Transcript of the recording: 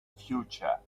future